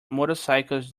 motorcycles